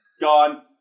Gone